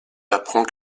apprend